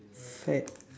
fad